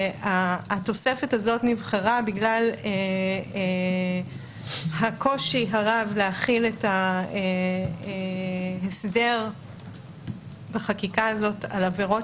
התוספת הזאת נבחרה בגלל הקושי הרב להחיל את ההסדר בחקיקה הזאת על עבירות